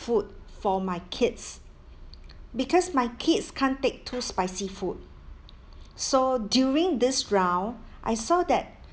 food for my kids because my kids can't take too spicy food so during this round I saw that